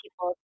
people